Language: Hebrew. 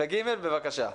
שלישית, בבקשה.